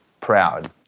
proud